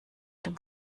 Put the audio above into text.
dem